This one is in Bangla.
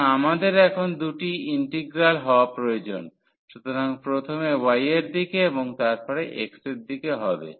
সুতরাং আমাদের এখন দুটি ইন্টিগ্রাল হওয়া প্রয়োজন সুতরাং প্রথমে y এর দিকে এবং তারপরে x এর দিকে হবে